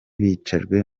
bicajwe